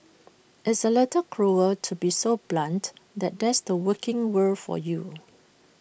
it's A little cruel to be so blunt but that's the working world for you